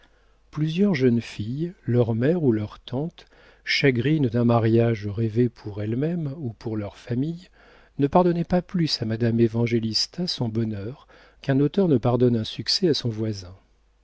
plusieurs jeunes filles leurs mères ou leurs tantes chagrines d'un mariage rêvé pour elles-mêmes ou pour leurs familles ne pardonnaient pas plus à madame évangélista son bonheur qu'un auteur ne pardonne un succès à son voisin